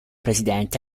presidente